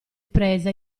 presa